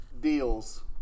deals